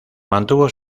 mantuvo